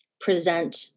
present